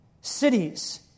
Cities